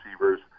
receivers